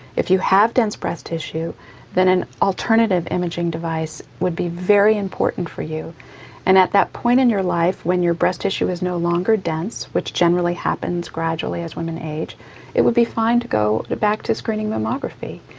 if you have dense breast tissue then an alternative imaging device would be very important for you and at that point in your life when your breast tissue is no longer dense which generally happens gradually as women age it would be fine to go back to screening mammography.